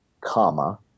comma